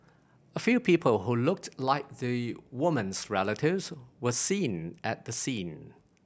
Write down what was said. a few people who looked like the woman's relatives were seen at the scene